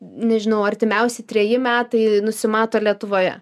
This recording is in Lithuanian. nežinau artimiausi treji metai nusimato lietuvoje